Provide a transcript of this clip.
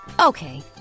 Okay